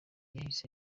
yahise